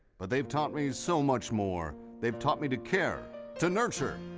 but they've taught me so much more. they've taught me to care, to nurture,